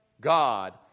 God